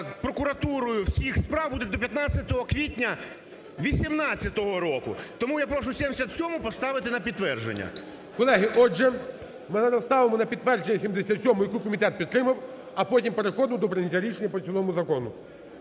прокуратурою всіх справ буде до 15 квітня 18-го року. Тому я прошу 77-у поставити на підтвердження. ГОЛОВУЮЧИЙ. Колеги, отже, ми зараз ставимо на підтвердження 77-у, яку комітет підтримав, а потім переходимо до прийняття рішення по цілому закону.